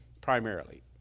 primarily